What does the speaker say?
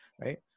right